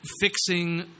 fixing